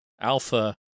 Alpha